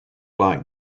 like